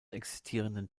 existierenden